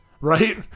right